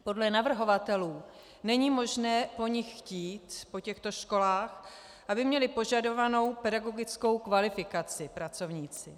Podle navrhovatelů není možné po nich chtít, po těchto školách, aby měli požadovanou pedagogickou kvalifikaci pracovníci.